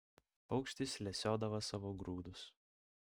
paukštis lesiodavo savo grūdus